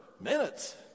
Minutes